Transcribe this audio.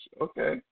Okay